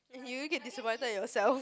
if you get disappointed yourself